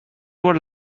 were